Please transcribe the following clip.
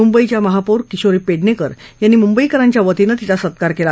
मुंबईच्या महापौर किशोरी पद्धणक्त यांनी मुंबईकरांच्या वतीनं तिचा सत्कार क्ला